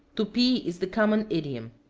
tupi is the common idiom.